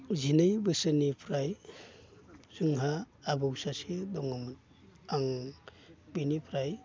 जिनै बोसोरनिफ्राय जोंहा आबौ सासे दङमोन आं बिनिफ्राय